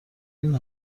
این